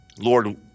Lord